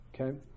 okay